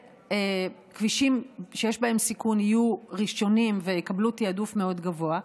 וכבישים שיש בהם סיכון יהיו ראשונים ויקבלו תיעדוף מאוד גבוה.